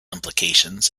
implications